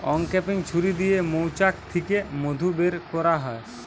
uncapping ছুরি দিয়ে মৌচাক থিকে মধু বের কোরা হয়